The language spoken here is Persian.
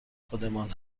خودمان